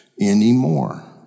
anymore